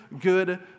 good